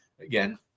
again